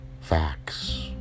facts